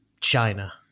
China